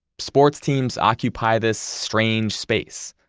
sports teams occupy this strange space.